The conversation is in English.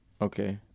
Okay